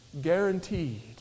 guaranteed